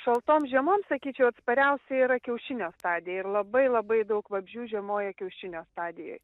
šaltoms žiemoms sakyčiau atspariausia yra kiaušinio stadija ir labai labai daug vabzdžių žiemoja kiaušinio stadijoj